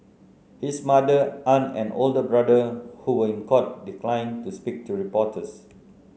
his mother aunt and older brother who were in court declined to speak to reporters